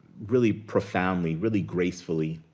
really profoundly, really gracefully,